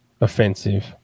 offensive